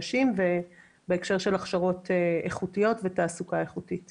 נשים ובהקשר של הכשרות איכותיות ותעסוקה איכותית בקצה.